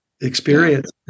experience